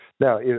Now